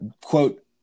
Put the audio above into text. quote